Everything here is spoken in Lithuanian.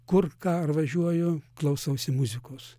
kur ką ar važiuoju klausausi muzikos